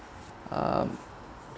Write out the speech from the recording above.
uh